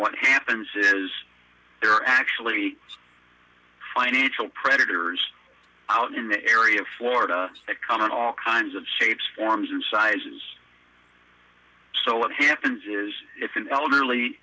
what happens is they're actually financial predators out in the area of florida that come in all kinds of shapes forms and sizes so what happens is if an elderly